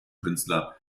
künstler